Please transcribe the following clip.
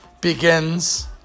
begins